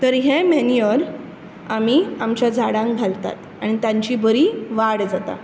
तर हें मेन्युअर आमी आमच्या झाडांक घालतात आनी तांची बरी वाड जाता